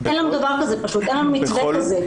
אין לנו דבר כזה פשוט, אין לנו מתווה כזה.